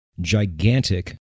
gigantic